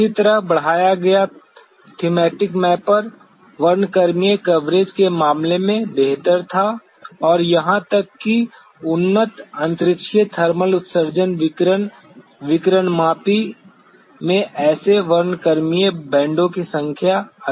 इसी तरह बढ़ाया गया थामैटिक मैपर वर्णक्रमीय कवरेज के मामले में बेहतर था और यहां तक कि उन्नत अंतरिक्षीय थर्मल उत्सर्जन विकिरण विकिरणमापी में ऐसे वर्णक्रमीय बैंडों की संख्या अधिक थी